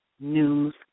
news